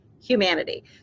humanity